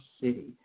city